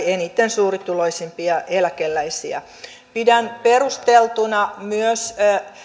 eniten suurituloisimpia eläkeläisiä pidän perusteltuna myös